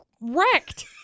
wrecked